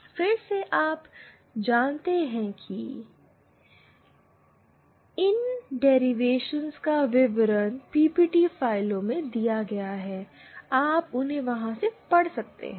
फिर से आप जानते हैं कि इन व डेरिवेशंस का विवरण पीपीटी फाइलों में दिया गया है आप उन्हें वहां से पढ़ सकते हैं